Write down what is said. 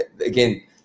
again